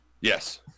Yes